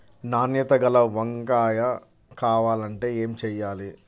నాణ్యత గల వంగ కాయ కావాలంటే ఏమి చెయ్యాలి?